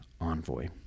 envoy